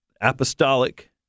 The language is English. apostolic